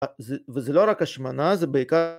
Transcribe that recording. וזה לא רק השמנה זה בעיקר...